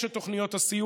יש את תוכניות הסיוע.